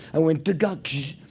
i went da-ga gsh.